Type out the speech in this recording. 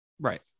Right